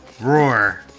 roar